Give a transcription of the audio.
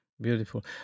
Beautiful